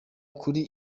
kuri